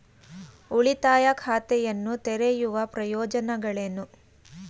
ಉಳಿತಾಯ ಖಾತೆಯನ್ನು ತೆರೆಯುವ ಪ್ರಯೋಜನಗಳೇನು?